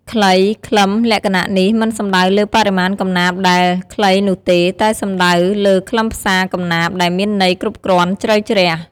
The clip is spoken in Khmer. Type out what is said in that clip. ខ្លី-ខ្លឹម លក្ខណៈនេះមិនសំដៅលើបរិមាណកំណាព្យដែលខ្លីនោះទេ តែសំដៅលើខ្លឹមសារកំណាព្យដែលមានន័យគ្រប់គ្រាន់ ជ្រៅជ្រះ។